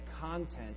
content